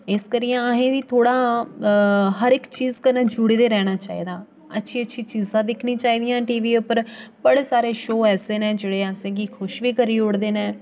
इस करियै अहें बी थोह्ड़ा हर इक चीज़ कन्नै जुड़े दे रैह्ना चाहि्दा अच्छी अच्छी चीज़ां दिक्खनी चाहीदियां टी वी उप्पर बड़े सारे शो ऐसे न जेह्ड़े असें गी खुश बी करी ओड़दे न